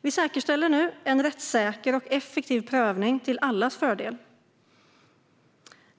Vi säkerställer nu en rättssäker och effektiv prövning till allas fördel.